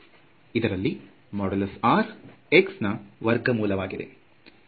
ಇದರಲ್ಲಿ |r| x ನಾ ವರ್ಗಮೂಲವಾಗಿದೆ